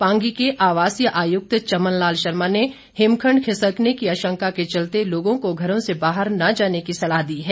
पांगी के आवासीय आयुक्त चमन लाल शर्मा ने हिमखंड खिसकने की आशंका के चलते लोगों को घरों से बाहर न जाने की सलाह दी है